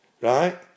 Right